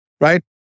right